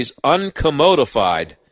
uncommodified